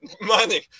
money